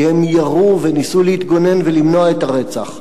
כי הם ירו וניסו להתגונן ולמנוע את הרצח.